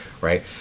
right